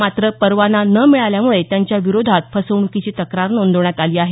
मात्र परवाना न मिळाल्यामुळे त्यांच्या विरोधात फसवण्कीची तक्रार नोंदवण्यात आली आहे